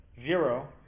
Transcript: zero